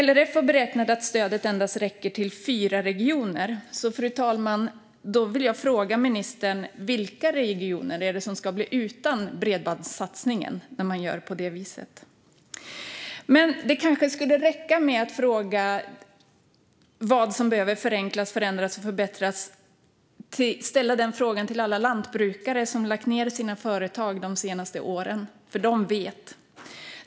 LRF har beräknat att stödet endast räcker till fyra regioner. Jag vill därför fråga ministern, fru talman, vilka regioner som ska bli utan bredbandssatsningen när man gör så här. Det skulle kanske räcka med att ställa frågan om vad som behöver förenklas, förändras och förbättras till alla lantbrukare som de senaste åren har lagt ned sina företag. De vet.